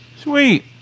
sweet